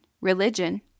religion